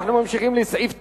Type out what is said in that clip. אנחנו ממשיכים לסעיף 9,